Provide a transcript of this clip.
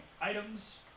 items